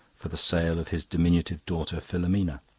for the sale of his diminutive daughter filomena.